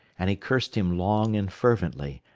and he cursed him long and fervently,